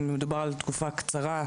אם מדובר על תקופה קצרה,